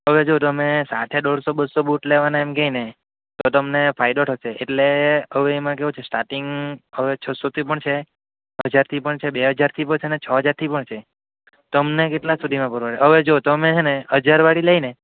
હવે જો તમે સાથે દોઢસો બસો બૂટ લેવાના એમ કેયને તો તમને ફાયદો થસે એટલે હવે એમા કેવું છે સ્ટાર્ટિંગ હવે છસોથી પણ છે હજારથી પણ છે બે હજારથી પણ છે અને છ હજારથી પણ છે તમને કેટલા સુધીમાં પરવડે હવે જો તમે હેને હજારવાળી લઈને